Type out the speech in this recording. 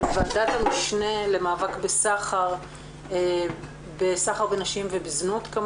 ועדת המשנה למאבק בסחר בנשים ובזנות.